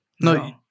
No